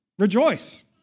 Rejoice